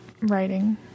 Writing